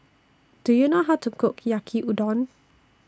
Do YOU know How to Cook Yaki Udon